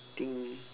think